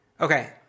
Okay